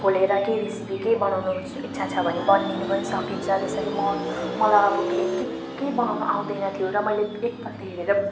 खोलेर केही रेसिपी केही बनाउनु इच्छा छ भने बनिनु पनि सकिन्छ जसरी म मलाई अब केही केही केही बनाउनु आउँदैन्थ्यो र मैले एकपल्टि हेरेर